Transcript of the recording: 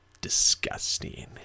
disgusting